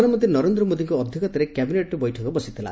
ପ୍ରଧାନମନ୍ତ୍ରୀ ନରେନ୍ଦ୍ର ମୋଦୀଙ୍କ ଅଧ୍ୟକ୍ଷତାରେ କ୍ୟାବିନେଟ୍ ବୈଠକ ବସିଥିଲା